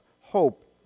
hope